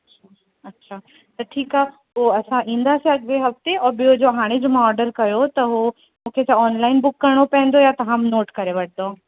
अच्छा त ठीकु आहे पो असां ईंदासीं अॻिले हफ़्ते और ॿियो जो हाणे जो मां ऑर्डर कयो त हो मूंखे छा ऑनलाइन बुक करिणो पेंदो या तव्हां नोट करे वठदव